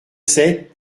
sept